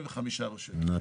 75 רשויות.